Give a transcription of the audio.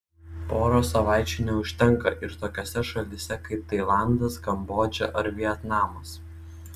poros savaičių neužtenka ir tokiose šalyse kaip tailandas kambodža ar vietnamas